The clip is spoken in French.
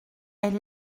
elle